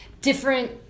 different